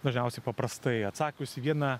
dažniausiai paprastai atsakius į vieną